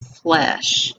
flesh